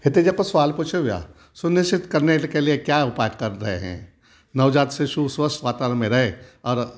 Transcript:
हिते जेको सवालु पुछियो वियो आहे सुनिश्चित करने के लिए क्या उपाय कर रहे हैं नवजात शिशु स्वचछ वातावरण में रहें और